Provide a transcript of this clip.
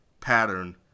pattern